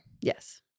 Yes